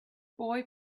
boy